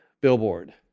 billboard